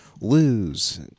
lose